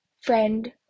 friend